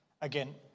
Again